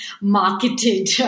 marketed